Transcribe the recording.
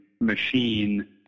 machine